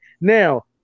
now